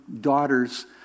daughters